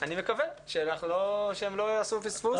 אני מקווה שהם לא יעשו פספוס.